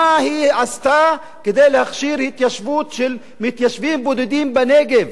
מה היא עשתה כדי להכשיר התיישבות של מתיישבים בודדים בנגב,